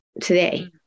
today